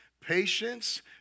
patience